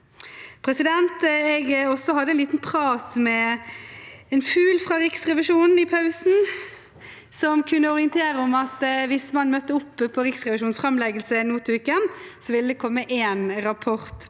dette.» Jeg hadde også en liten prat med en fugl fra Riksrevisjonen i pausen, som kunne orientere om at hvis man møtte opp på Riksrevisjonens framleggelse nå til uken, ville det komme en rapport på